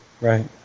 Right